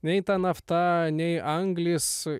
nei ta nafta nei anglis